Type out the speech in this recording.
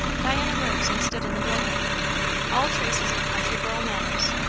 diana rose and stood in the doorway all traces of country-girl manners,